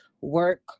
work